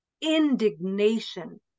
indignation